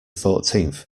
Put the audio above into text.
fourteenth